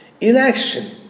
Inaction